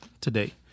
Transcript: today